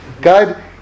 God